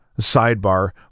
sidebar